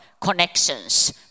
connections